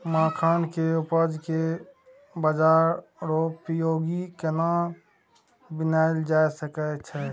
मखान के उपज के बाजारोपयोगी केना बनायल जा सकै छै?